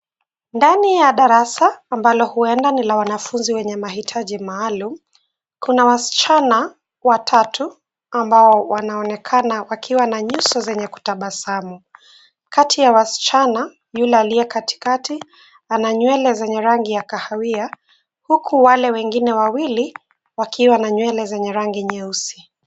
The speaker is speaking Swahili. Ndani ya darasa ambalo huenda ni la wanafunzi wenye mahitaji maalum, kuna wasichana watatu ambao wanaoneka wakiwa na nyuso zenye kutabasamu. Kati ya wasichana yule aliye katikati ana nywele zanye rangi ya kahawia huku wale wengine wawili wakiwa na nywele zenye rangi nyeusi.